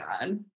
god